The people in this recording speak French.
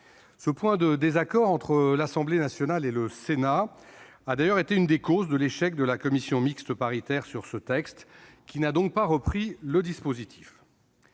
Ce point de désaccord entre l'Assemblée nationale et le Sénat a d'ailleurs été l'une des causes de l'échec de la commission mixte paritaire sur ce texte, qui n'a donc pas repris le dispositif.